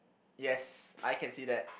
yes I can see that